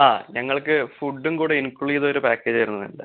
ആ ഞങ്ങൾക്ക് ഫുഡും കൂടെ ഇൻക്ലൂഡ് ചെയ്ത ഒര് പാക്കേജ് ആയിരുന്നു വേണ്ടത്